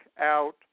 out